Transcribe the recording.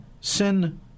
sin